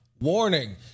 Warning